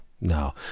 No